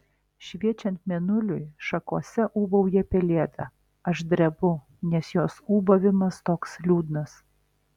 šviečiant mėnuliui šakose ūbauja pelėda aš drebu nes jos ūbavimas toks liūdnas